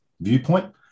viewpoint